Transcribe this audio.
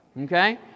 Okay